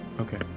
Okay